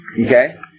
Okay